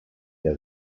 der